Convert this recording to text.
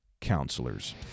counselors